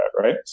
right